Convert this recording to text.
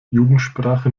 jugendsprache